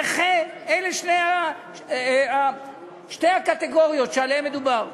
נכה, אלה שתי הקטגוריות שעליהן מדובר.